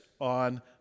on